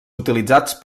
utilitzats